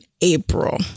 April